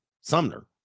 Sumner